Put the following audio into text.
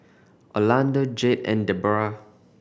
Orlando Jade and Deborah